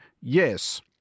yes